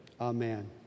Amen